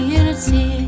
unity